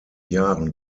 jahren